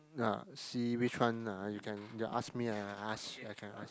ah see which one uh you can you ask me I I ask I can ask